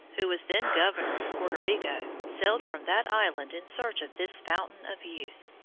who was then governor of puerto rico, sailed from that island in search of this fountain of youth.